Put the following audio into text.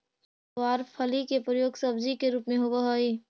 गवारफली के प्रयोग सब्जी के रूप में होवऽ हइ